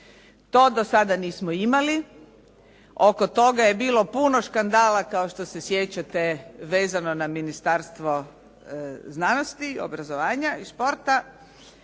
To do sada nismo imali. Oko toga je bilo puno skandala kao što se sjećate vezano na Ministarstvo znanosti, obrazovanja i športa